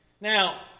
Now